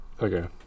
Okay